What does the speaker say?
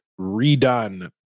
redone